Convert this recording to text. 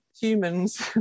humans